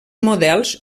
models